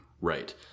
right